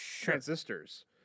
transistors